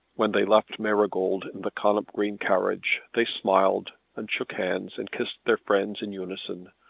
when they left marygold in the connop green carriage they smiled, and shook hands, and kissed their friends in unison,